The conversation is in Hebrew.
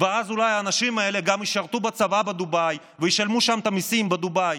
ואז האנשים האלה גם ישרתו בצבא בדובאי וישלמו את המיסים בדובאי.